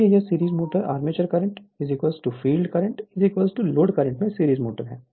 इसलिए यह series motor armature current field current load current में सीरीज मोटर है